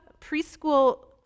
preschool